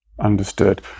Understood